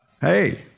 Hey